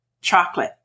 chocolate